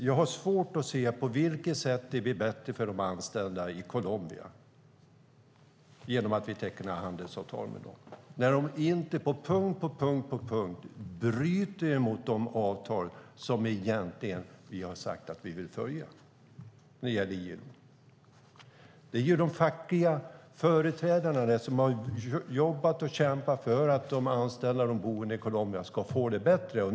Jag har svårt att se på vilket sätt det skulle bli bättre för de anställda i Colombia genom att vi tecknar handelsavtal, när man på punkt efter punkt bryter mot de avtal som vi egentligen har sagt att vi vill följa. De fackliga företrädarna där har jobbat och kämpat för att de anställda och de boende i Colombia ska få det bättre.